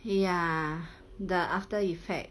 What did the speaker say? ya the after effect